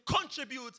contribute